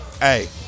Hey